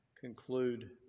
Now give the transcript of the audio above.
conclude